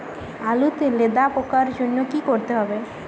আলুতে লেদা পোকার জন্য কি করতে হবে?